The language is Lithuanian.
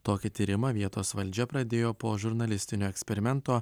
tokį tyrimą vietos valdžia pradėjo po žurnalistinio eksperimento